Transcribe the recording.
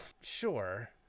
sure